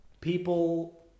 People